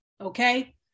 okay